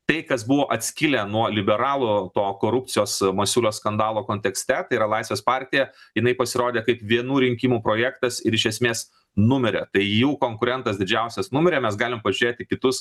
tai kas buvo atskilę nuo liberalų to korupcijos masiulio skandalo kontekste tai yra laisvės partija jinai pasirodė kaip vienų rinkimų projektas ir iš esmės numirė tai jų konkurentas didžiausias numirė mes galim pažiūrėt į kitus